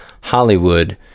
hollywood